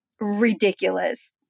ridiculous